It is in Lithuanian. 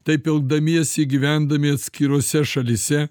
taip elgdamiesi gyvendami atskirose šalyse